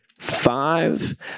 five